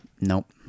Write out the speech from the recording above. Nope